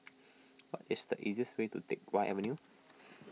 what is the easiest way to Teck Whye Avenue